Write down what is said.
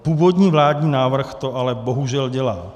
Původní vládní návrh to ale bohužel dělal.